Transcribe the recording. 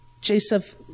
Joseph